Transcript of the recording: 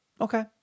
Okay